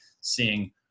seeing